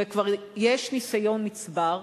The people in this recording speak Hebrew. ויש ניסיון נצבר,